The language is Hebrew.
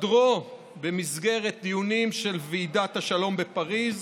לחדרו במסגרת דיונים של ועידת השלום בפריז,